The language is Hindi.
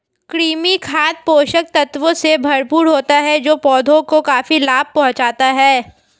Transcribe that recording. कृमि खाद पोषक तत्वों से भरपूर होता है जो पौधों को काफी लाभ पहुँचाता है